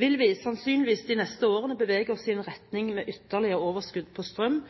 vil vi sannsynligvis de neste årene bevege oss i en retning med ytterligere overskudd på strøm